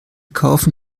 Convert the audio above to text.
kaufen